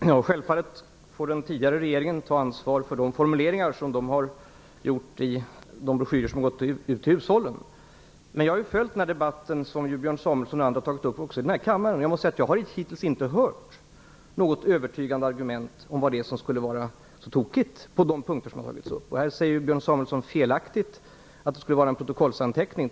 Fru talman! Självfallet får den tidigare regeringen ta ansvar för de formuleringar som den har i de broschyrer som gått ut till hushållen. Men jag har följt den här debatten som Björn Samuelson och andra har tagit upp i denna kammare, och hittills har jag inte hört något övertygande argument om vad som skulle vara så tokigt när det gäller de punkter som Björn Samuelson tagit upp. Björn Samuelson säger dessutom felaktigt att förhandlingsresultatet vad gäller frågan om EMU utgörs av en protokollsanteckning.